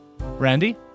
Randy